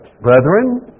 brethren